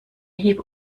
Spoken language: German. hieb